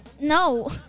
no